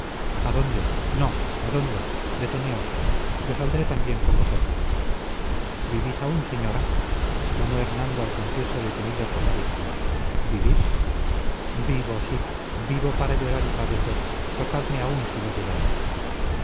adónde no adónde deteneos yo saldré también con vosotros vivís aún señora exclamó hernando al sentirse detenido por la víctima vivís vivo sí vivo para llorar y padecer tocadme aún si lo dudáis